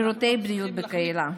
שירותי בריאות בקהילה.